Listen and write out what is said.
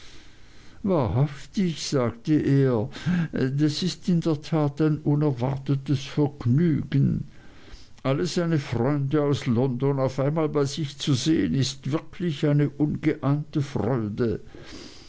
wahrhaftig sagte er das ist in der tat ein unerwartetes vergnügen alle seine freunde aus london auf einmal bei sich zu sehen ist wirklich eine ungeahnte freude